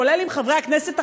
כולל עם חברי הכנסת החרדים,